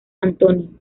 antonio